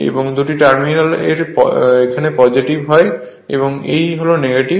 এই দুটি টার্মিনাল এর এখানে পজেটিভ এবং এই হল নেগেটিভ